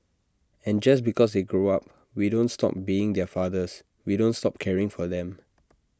and just because they grow up we don't stop being their fathers we don't stop caring for them